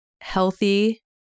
healthy